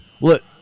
Look